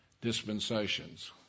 dispensations